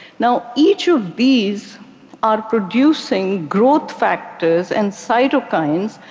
now, each of these are producing growth factors and cytokines,